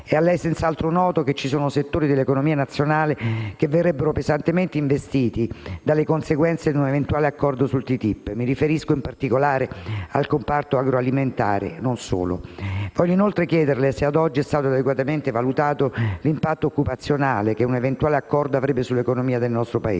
È a lei senz'altro noto che ci sono settori dell'economia nazionale che verrebbero pesantemente investiti dalle conseguenze di un eventuale accordo sul TTIP. Mi riferisco, in particolare, al comparto agroalimentare e non solo. Voglio inoltre chiederle se, ad oggi, è stato adeguatamente valutato l'impatto occupazionale che un eventuale accordo avrebbe sull'economia del nostro Paese.